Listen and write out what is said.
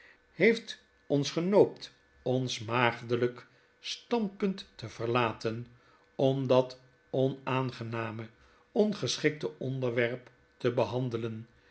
heeft ons genoopt ons maagdelyk standpunt te verlaten om dat onaangename ongeschikte onderwerp te behandelen